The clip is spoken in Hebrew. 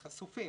חשופים.